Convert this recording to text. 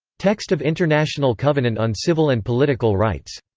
text of international covenant on civil and political rights.